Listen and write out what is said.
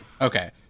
okay